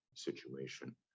situation